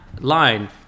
line